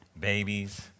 babies